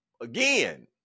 again